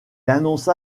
annonça